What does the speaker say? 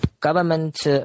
government